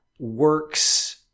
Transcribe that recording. works